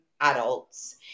adults